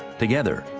together,